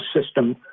system